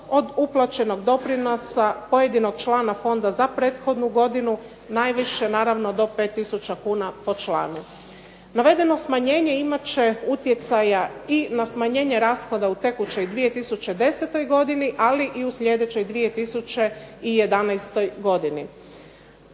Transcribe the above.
od uplaćenog doprinosa pojedinog člana fonda za prethodnu godinu, najviše naravno do 5 tisuća kuna po članu. Navedeno smanjenje imat će utjecaja i na smanjenje rashoda u tekućoj 2010. godini, ali i u sljedećoj 2011. godini.